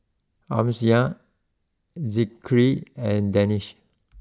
Amsyar Zikri and Danish